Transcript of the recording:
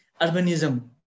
urbanism